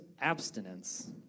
abstinence